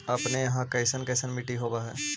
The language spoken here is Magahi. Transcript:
अपने यहाँ कैसन कैसन मिट्टी होब है?